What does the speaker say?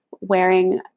wearing